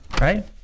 Right